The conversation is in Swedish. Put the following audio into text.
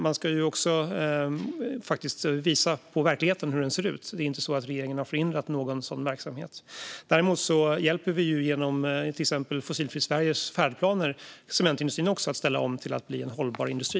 Man ska faktiskt också visa hur verkligheten ser ut. Det är inte så att regeringen har förhindrat någon sådan verksamhet. Däremot hjälper vi, genom till exempel Fossilfritt Sveriges färdplaner, cementindustrin att ställa om till att bli en hållbar industri.